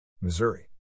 Missouri